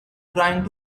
trying